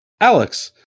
Alex